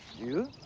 you?